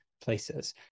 places